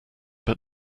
but